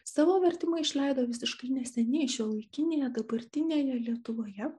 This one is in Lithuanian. savo vertimą išleido visiškai neseniai šiuolaikinėje dabartinėje lietuvoje